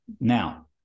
Now